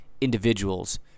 individuals